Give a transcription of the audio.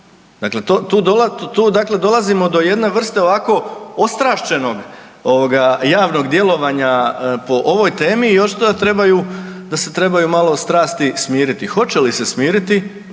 Dakle, tu dolazimo do jedne vrste ostrašćenog javnog djelovanja po ovoj temi i očito da se trebaju malo strasti smiriti. Hoće li se smiriti,